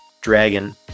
dragon